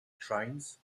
trains